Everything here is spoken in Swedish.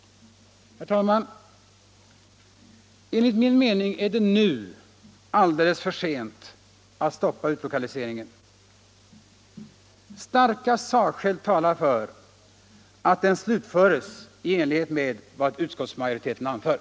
Herr talman! Enligt min mening är det nu alldeles för sent att stoppa utlokaliseringen. Starka sakskäl talar för att den slutföres i enlighet med vad utskottsmajoriteten har anfört.